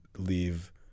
Leave